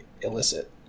illicit